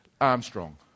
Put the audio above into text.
Armstrong